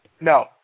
No